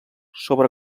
sobre